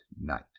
night